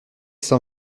cent